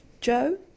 Joe